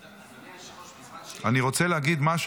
אדוני היושב-ראש --- אני רוצה להגיד משהו